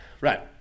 Right